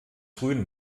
frühen